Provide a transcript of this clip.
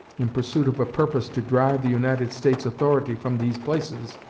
in pursuit of a purpose to drive the united states authority from these places,